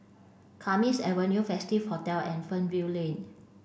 Kismis Avenue Festive Hotel and Fernvale Lane